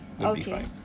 Okay